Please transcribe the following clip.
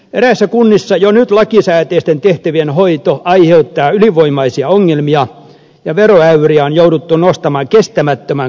eräissä kunnissa jo nyt lakisääteisten tehtävien hoito aiheuttaa ylivoimaisia ongelmia ja veroäyriä on jouduttu nostamaan kestämättömän korkealle tasolle